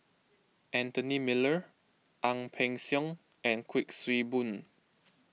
Anthony Miller Ang Peng Siong and Kuik Swee Boon